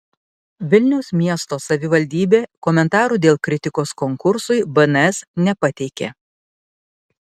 vilniaus miesto savivaldybė komentarų dėl kritikos konkursui bns nepateikė